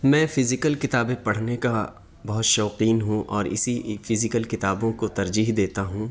میں فزیکل کتابیں پڑھنےکا بہت شوقین ہوں اور اسی فزیکل کتابوں کو ترجیح دیتا ہوں